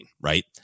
right